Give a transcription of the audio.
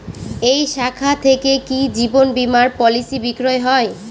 এই শাখা থেকে কি জীবন বীমার পলিসি বিক্রয় হয়?